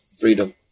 freedom